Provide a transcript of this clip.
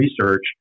research